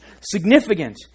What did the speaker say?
significant